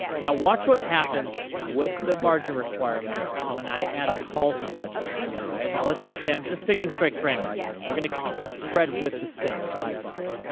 now watch what happens. with the margin requirement when i add a call spread to this. right now let's just say i'm just picking strikes randomly here and we're gonna keep this spread with the same five bucks.